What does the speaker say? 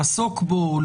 לעסוק בו,